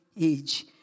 age